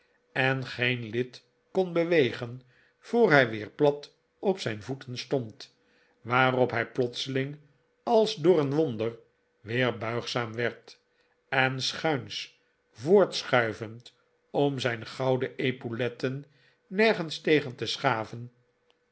en geen lid kon bewegen voor hij weer plat op zijn voeten stond waarop hij plotseling als door een wonder weer buigzaam werd eri schuins voortschuivend om zijn gouden epauletten nergens tegen te schaven